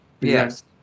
yes